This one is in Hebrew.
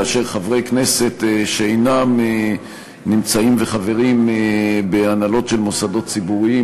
כאשר חברי כנסת אינם נמצאים וחברים בהנהלות של מוסדות ציבוריים,